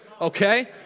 Okay